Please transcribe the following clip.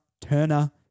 Turner